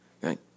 right